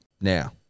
Now